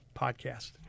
podcast